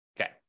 Okay